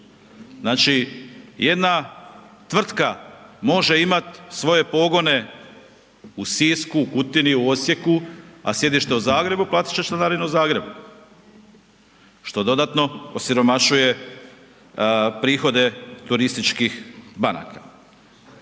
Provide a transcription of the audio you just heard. Znači jedna tvrtka može imati svoje pogone u Sisku, u Kutini, u Osijeku, a sjedište u Zagrebu, platit će članarinu u Zagrebu, što dodatno osiromašuje prihode turističkih banaka.